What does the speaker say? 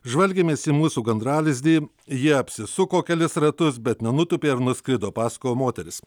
žvalgėmės į mūsų gandralizdį jie apsisuko kelis ratus bet nenutūpė ir nuskrido pasakojo moteris